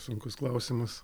sunkus klausimas